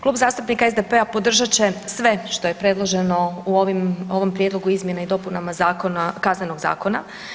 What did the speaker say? Klub zastupnika SDP-a podržat će sve što je predloženo u ovom Prijedlogu izmjene i dopunama Kaznenog zakona.